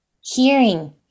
hearing